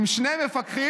עם שני מפקחים,